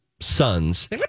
sons